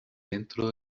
dentro